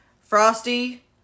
Frosty